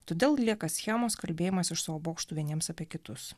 todėl lieka schemos kalbėjimas iš savo bokštų vieniems apie kitus